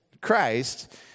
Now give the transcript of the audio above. Christ